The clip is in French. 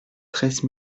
treize